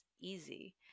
easy